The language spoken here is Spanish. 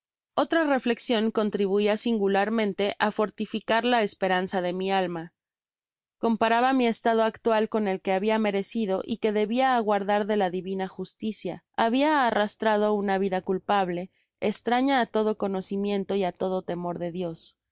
otra reflexion contribuia singularmente á fortificar la esperanza en mi alma comparaba mi estado actual con el que habia merecido y que debia aguardar de la divina justicia habia arrastrado una vida culpable estraña á todo conocimiento y á todo temor de dios